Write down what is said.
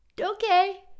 okay